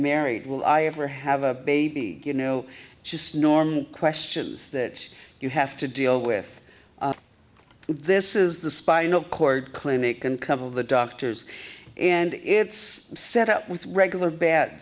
married will i ever have a baby you know just normal questions that you have to deal with this is the spinal cord clinic and couple of the doctors and it's set up with regular ba